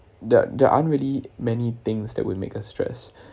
there there aren't really many things that would make us stressed